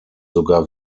sogar